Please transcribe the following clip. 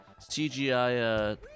CGI